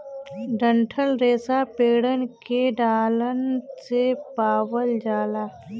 डंठल रेसा पेड़न के डालन से पावल जाला